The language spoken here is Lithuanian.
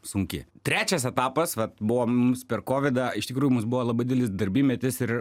sunki trečias etapas vat buvo mums per kovidą iš tikrųjų mums buvo labai didelis darbymetis ir